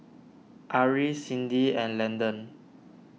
Ari Cindy and Landon